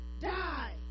die